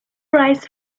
rice